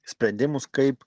sprendimus kaip